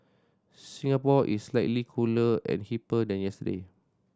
Singapore is slightly cooler and hipper than yesterday